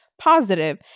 Positive